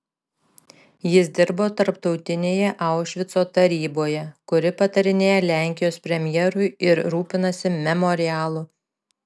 jis dirbo tarptautinėje aušvico taryboje kuri patarinėja lenkijos premjerui ir rūpinasi memorialu